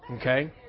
Okay